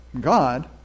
God